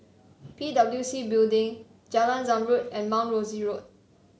P W C Building Jalan Zamrud and Mount Rosie Road